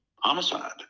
homicide